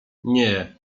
nie